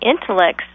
intellects